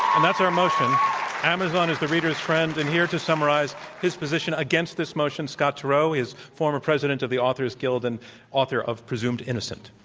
um that's our motion amazon is the reader's friend and here to summarize his position against this motion, scott turow. he is former president of the author's guild and author of presumed innocent.